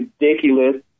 ridiculous